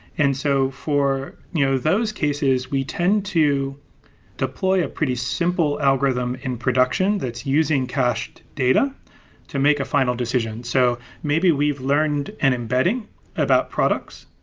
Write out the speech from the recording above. and so for you know those cases, we tend to deploy a pretty simple algorithm in production that's using cached data to make a final decision. so maybe we've learned an embedding about products,